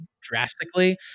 drastically